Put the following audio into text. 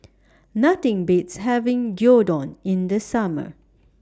Nothing Beats having Gyudon in The Summer